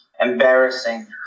embarrassing